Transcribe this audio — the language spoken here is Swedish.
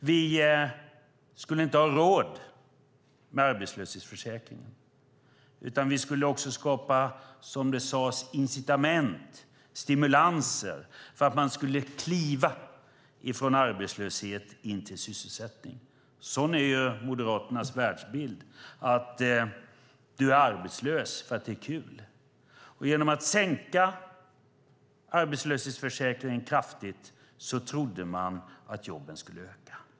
Vi skulle inte ha råd med arbetslöshetsförsäkringen, utan vi skulle skapa incitament, stimulanser, för att man skulle kliva från arbetslöshet till sysselsättning. Sådan är Moderaternas världsbild: Du är arbetslös för att det är kul. Man trodde att jobben skulle bli fler genom att man sänkte arbetslöshetsförsäkringen kraftigt.